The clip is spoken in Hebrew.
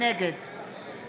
נגד